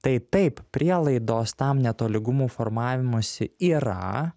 tai taip prielaidos tam netolygumų formavimosi yra